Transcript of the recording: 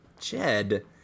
Jed